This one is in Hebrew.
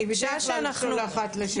אני בדרך כלל שולחת לשיעורי בית.